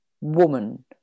woman